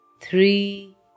three